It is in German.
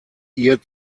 ihr